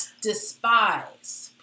despise